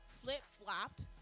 flip-flopped